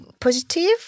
positive